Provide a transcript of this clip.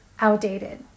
outdated